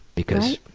because